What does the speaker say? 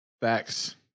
Facts